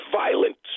violent